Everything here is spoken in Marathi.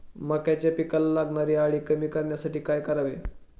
मक्याच्या पिकाला लागणारी अळी कमी करण्यासाठी काय करावे?